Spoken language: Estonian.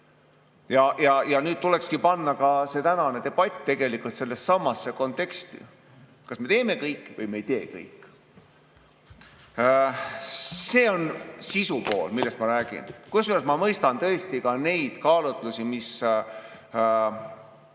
Tuleks panna ka see tänane debatt sellessesamasse konteksti. Kas me teeme kõik või me ei tee kõike? See on sisupool, millest ma räägin. Kusjuures ma mõistan tõesti ka neid kaalutlusi, mis